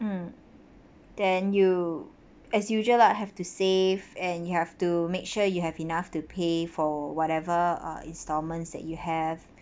mm then you as usual lah have to save and you have to make sure you have enough to pay for whatever uh installments that you have